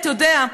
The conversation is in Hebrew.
אתה יודע,